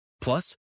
Plus